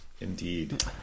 Indeed